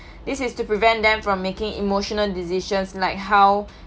this is to prevent them from making emotional decisions like how